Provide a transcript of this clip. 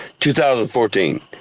2014